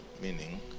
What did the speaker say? meaning